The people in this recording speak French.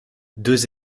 deux